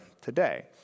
today